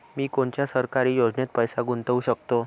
मी कोनच्या सरकारी योजनेत पैसा गुतवू शकतो?